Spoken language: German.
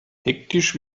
hektisch